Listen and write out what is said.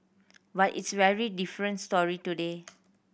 but it's very different story today